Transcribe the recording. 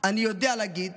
אני יודע להגיד